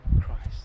Christ